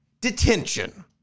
detention